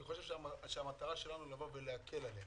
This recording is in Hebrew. אני חושב שהמטרה שלנו היא להקל עליהם.